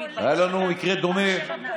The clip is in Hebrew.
היה לנו מקרה דומה,